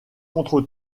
contre